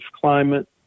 climate